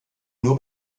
nur